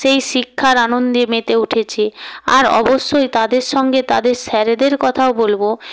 সেই শিক্ষার আনন্দে মেতে উঠেছে আর অবশ্যই তাদের সঙ্গে তাদের স্যারেদের কথাও বলব